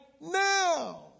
now